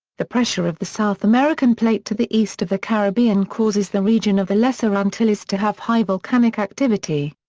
the pressure of the south american plate to the east of the caribbean causes the region of the lesser antilles to have high volcanic activity.